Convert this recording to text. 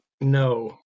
no